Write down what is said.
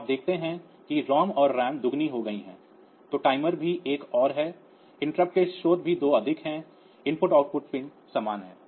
तो आप देखते हैं कि रोम और रैम दोगुनी हो गई है तो टाइमर भी 1 और है इंटरप्ट के स्रोत भी 2 अधिक हैं आईओ पिन्स समान हैं